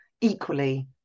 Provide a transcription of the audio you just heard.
equally